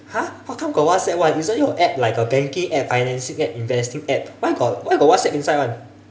!huh! how come got whatsapp [one] isn't your app like a banking app financing app investing app why got why got whatsapp inside [one]